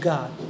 God